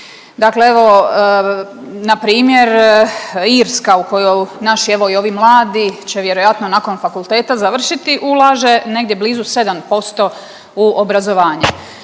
Dakle, evo npr. Irska u koju naši evo i ovi mladi će vjerojatno nakon fakulteta završiti ulaže negdje blizu 7% u obrazovanje.